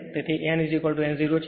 તેથી અહીં nn 0 છે